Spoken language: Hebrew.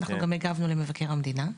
אנחנו גם הגבנו למבקר המדינה.